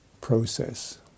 process